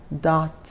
dot